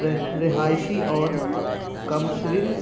رہ رہائشی اور کمرشیل